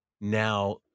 now